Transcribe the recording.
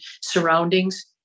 surroundings